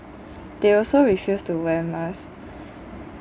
they also refuse to wear mask